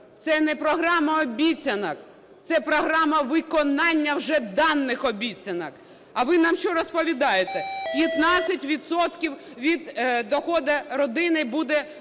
Це не програма обіцянок, це програма виконання вже даних обіцянок. А ви нам що розповідаєте? 15 відсотків від доходу родини буде